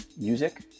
music